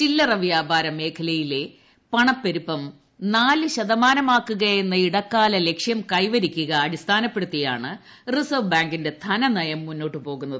ചില്ലറ വ്യാപാര മേഖലയിലെ പണപ്പെരുപ്പം നാല് ശതമാനമാക്കുകയെന്ന ഇടക്കാല ലക്ഷ്യം കൈവരിക്കുക അടിസ്ഥാനപ്പെടുത്തിയാണ് റിസർവ് ബാങ്കിന്റെ ധനനയം മുന്നോട്ട് പോകുന്നത്